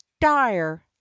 dire